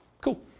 Cool